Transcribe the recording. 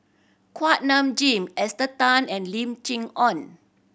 Kuak Nam Jin Esther Tan and Lim Chee Onn